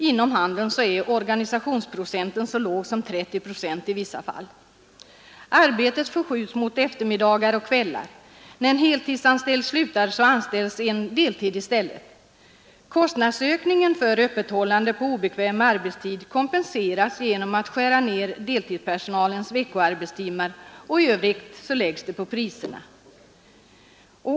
Inom handeln är organisationsprocenten så låg som 30 procent i vissa fall. Arbetet förskjuts mot eftermiddagar och kvällar. När en heltidsanställd slutar, anställs någon på deltid i stället. Kostnadsökningen för öppethållande på obekväm arbetstid kompenseras genom att skära ner deltidspersonalens veckoarbetstimmar, och i övrigt läggs det på priserna.